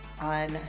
on